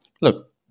look